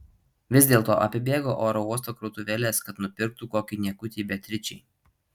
vis dėlto apibėgo oro uosto krautuvėles kad nupirktų kokį niekutį beatričei